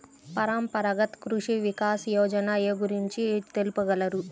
పరంపరాగత్ కృషి వికాస్ యోజన ఏ గురించి తెలుపగలరు?